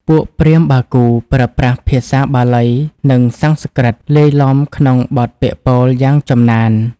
ពួកព្រាហ្មណ៍បាគូប្រើប្រាស់ភាសាបាលី និងសំស្ក្រឹតលាយឡំក្នុងបទពាក្យពោលយ៉ាងចំណាន។